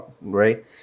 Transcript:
right